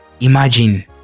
imagine